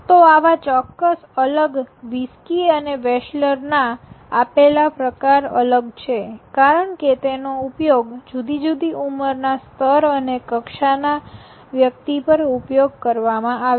તો આવા ચોક્કસ અલગ વિસકી અને વેશલર ના આપેલા પ્રકાર અલગ છે કારણ કે તેનો ઉપયોગ જુદી જુદી ઉંમરનાં સ્તર અને કક્ષા ના વ્યક્તિ પર ઉપયોગ કરવામાં આવે છે